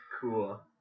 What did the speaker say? Cool